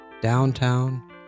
downtown